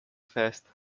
festa